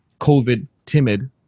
COVID-timid